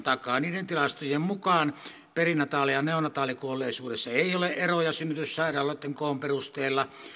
niiden tilastojen mukaan perinataali ja neonataalikuolleisuudessa ei ole eroja synnytyssairaaloitten koon perusteella